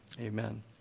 Amen